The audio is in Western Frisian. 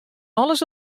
alles